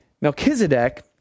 Melchizedek